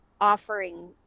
offering